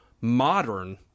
modern